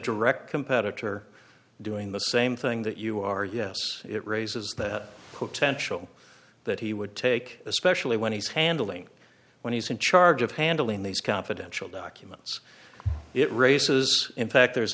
direct competitor doing the same thing that you are yes it raises that potential that he would take especially when he's handling when he's in charge of handling these confidential documents it raises in fact there's